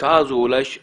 ההשקעה הזו חשובה.